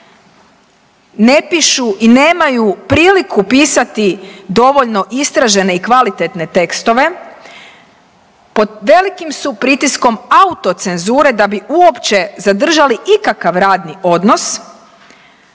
ne pišu i nemaju priliku pisati dovoljno istražene i kvalitetne tekstove, pod velikim su pritiskom autocenzure da bi uopće zadržali ikakav radni odnos.